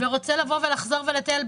ורוצה לחזור ולטייל,